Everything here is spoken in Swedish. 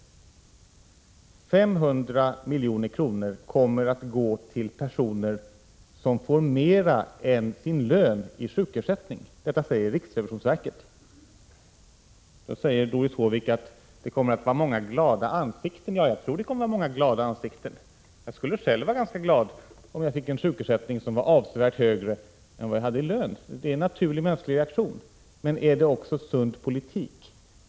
500 milj.kr. kommer att gå till personer som får mer än sin lön i sjukersättning. Detta säger riksrevisionsverket. Då säger Doris Håvik att det kommer att vara många glada ansikten. Ja, jag tror också att det kommer att vara många glada ansikten. Jag skulle själv vara ganska glad om jag fick en sjukersättning som var avsevärt högre än vad jag hade i lön. Det är en naturlig mänsklig reaktion. Men är det också sund politik?